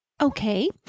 Okay